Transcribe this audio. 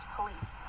police